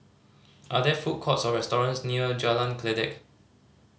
are there food courts or restaurants near Jalan Kledek